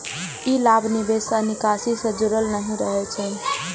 ई लाभ निवेश आ निकासी सं जुड़ल नहि रहै छै